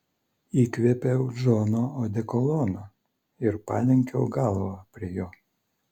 įkvėpiau džono odekolono ir palenkiau galvą prie jo